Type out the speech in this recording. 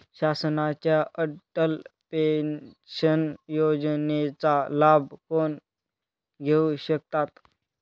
शासनाच्या अटल पेन्शन योजनेचा लाभ कोण घेऊ शकतात?